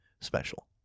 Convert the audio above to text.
special